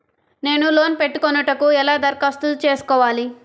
నేను లోన్ పెట్టుకొనుటకు ఎలా దరఖాస్తు చేసుకోవాలి?